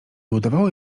udawało